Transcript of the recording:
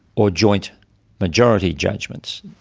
or joint majority judgments.